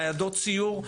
ניידות סיור,